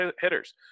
hitters